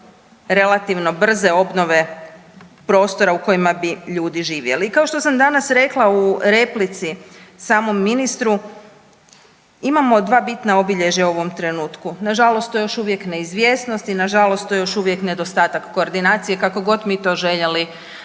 relativno brze obnove prostora u kojima bi ljudi živjeli. I kao što sam danas rekla u replici samom ministru, imamo dva bitna obilježja u ovom trenutku, nažalost to je još uvijek neizvjesnost i nažalost to je još uvijek nedostatak koordinacije kako god mi to željeli